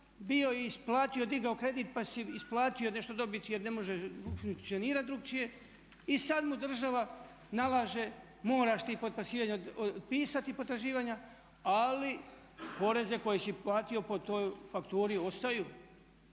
bio i isplatio, digao kredit pa si isplatio nešto dobiti jer ne može funkcionirati drukčije i sad mu država nalaže moraš ti otpisati potraživanja, ali poreze koje si platio po toj fakturi ostaju.